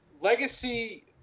Legacy